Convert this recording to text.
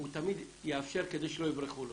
הוא תמיד יאפשר כדי שלא יברחו לו.